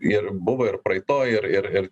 ir buvo ir praeitoj ir ir ir